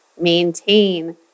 maintain